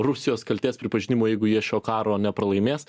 rusijos kaltės pripažinimo jeigu jie šio karo nepralaimės